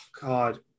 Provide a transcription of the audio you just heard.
god